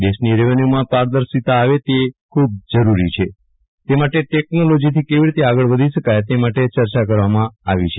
દેશની રેવન્યુમાં પારદર્શીતા આવે તે ખુબ જ જરૂરી છે તે માટે ટેકનોલોજીથી કેવી રીતે આગળ વધી શકાય તે માટે ચર્ચા કરવામાં આવી છે